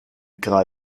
gral